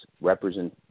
represent